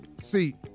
See